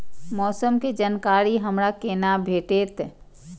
मौसम के जानकारी हमरा केना भेटैत?